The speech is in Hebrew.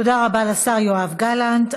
תודה רבה לשר יואב גלנט.